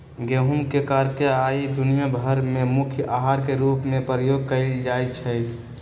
गेहूम के कारणे आइ दुनिया भर में मुख्य अहार के रूप में प्रयोग कएल जाइ छइ